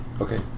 Okay